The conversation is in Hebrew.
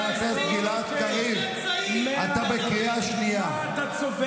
אבל כשאתה תתקרב למה שהאיש הזה השיג כעולה צעיר,